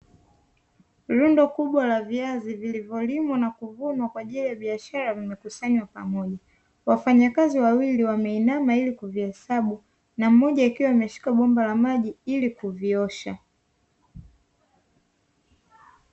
Lundo kubwa la viazi vilivyolimwa na kuvunwa kwaajili ya biashara vimekusanywa pamoja, wafanyakazi wawili wameinama ili kuvihesabu na mmoja akiwa ameshika bomba la maji ili kuviosha.